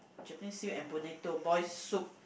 Japanese seaweed and bonito boiled soup